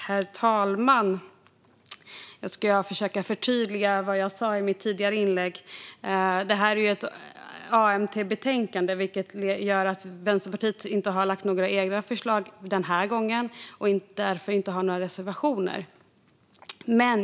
Herr talman! Jag ska försöka förtydliga vad jag sa i mitt tidigare inlägg. Det handlar om ett motionsbetänkande, vilket gör att Vänsterpartiet inte har lagt fram några egna förslag den här gången och därför inte har några reservationer.